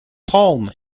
palm